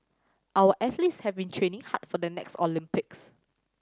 our athletes have been training hard for the next Olympics